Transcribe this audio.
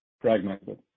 fragmented